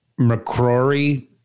McCrory